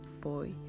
boy